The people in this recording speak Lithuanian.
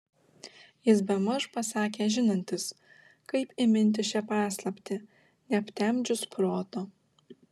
jis bemaž pasakė žinantis kaip įminti šią paslaptį neaptemdžius proto